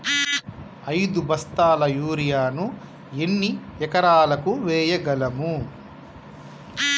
ఐదు బస్తాల యూరియా ను ఎన్ని ఎకరాలకు వేయగలము?